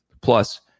plus